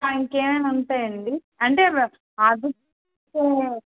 ఇంకేమేమీ ఉంటాయండి అంటే ఆర్డర్ చేస్తే